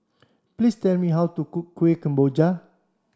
please tell me how to cook Kuih Kemboja